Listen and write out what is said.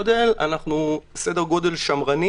בסדר גודל שמרני,